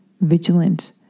vigilant